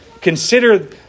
Consider